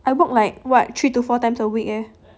I work like what three to four times a week eh